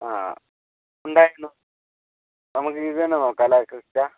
ആ ഉണ്ടായിരുന്നു നമുക്കിത് തന്നെ നോക്കാം അല്ലേ ക്രിസ്റ്റ